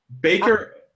Baker